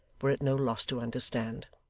were at no loss to understand.